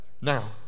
Now